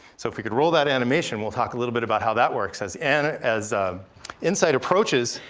so if we could roll that animation, we'll talk a little bit about how that works, as and as insight approaches